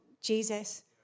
Jesus